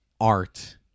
art